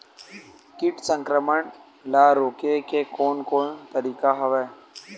कीट संक्रमण ल रोके के कोन कोन तरीका हवय?